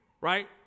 Right